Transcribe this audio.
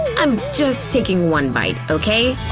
i'm just taking one bite, okay?